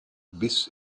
biss